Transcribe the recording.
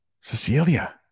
Cecilia